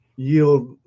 yield